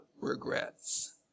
regrets